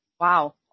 Wow